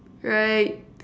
right